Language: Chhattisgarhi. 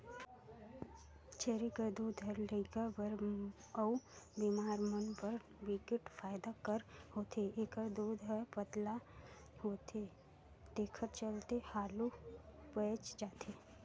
छेरी कर दूद ह लइका बर अउ बेमार मन बर बिकट फायदा कर होथे, एखर दूद हर पतला होथे तेखर चलते हालु पयच जाथे